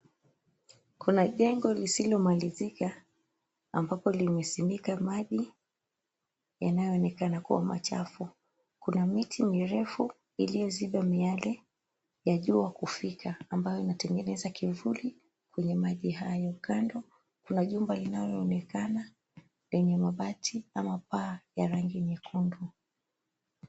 Kuna jengo lisilomalizika ambapo limesimika maji yanayoonekana kuwa machafu. Kuna miti mirefu iliyoziba miale ya jua kufika ambayo inatengeneza kivuli kwenye maji hayo, kando kuna jumba linaloonekana lenye mabati ama paa ya rangi yekundu.